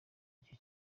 gihe